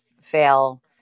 fail